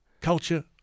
culture